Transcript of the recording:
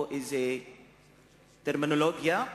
או טרמינולוגיה,